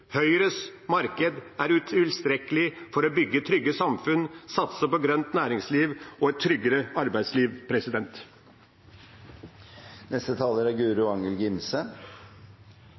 Høyres marked er utilstrekkelig for å bygge trygge samfunn, satse på grønt næringsliv og skape et tryggere arbeidsliv.